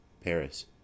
paris